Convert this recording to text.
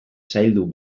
zaildu